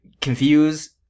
confused